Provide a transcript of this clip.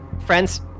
friends